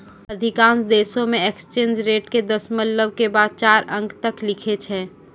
अधिकांश देशों मे एक्सचेंज रेट के दशमलव के बाद चार अंक तक लिखै छै